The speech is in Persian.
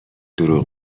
دروغ